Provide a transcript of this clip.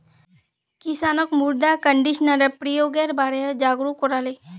किसानक मृदा कंडीशनरेर प्रयोगेर बारे जागरूक कराले